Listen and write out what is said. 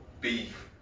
beef